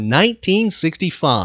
1965